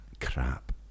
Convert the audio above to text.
crap